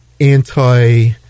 anti